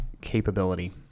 capability